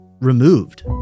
Removed